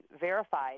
verified